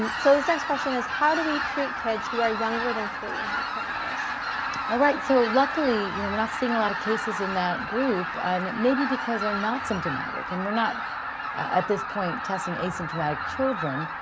um so this next question is how do we treat kids who are younger than three and have coronavirus? all right, so luckily you know we're not seeing a lot of cases in that group and maybe because they're not symptomatic and we're not at this point testing asymptomatic children,